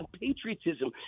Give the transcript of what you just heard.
patriotism